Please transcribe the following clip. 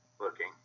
looking